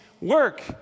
work